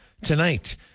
tonight